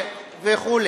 וכו'.